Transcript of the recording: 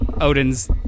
odin's